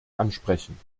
ansprechen